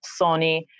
sony